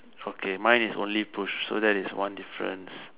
okay mine is only push so that is one difference